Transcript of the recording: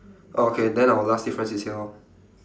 oh okay then our last difference is here lor